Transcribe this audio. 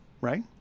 Right